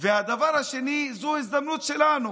הדבר השני, זאת הזדמנות שלנו.